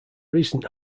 recent